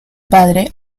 padre